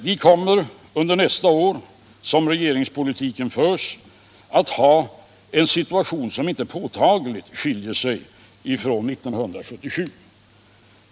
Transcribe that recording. Vi kommer under nästa år, såsom regeringspolitiken förs, att ha en situation som inte påtagligt skiljer sig från 1977.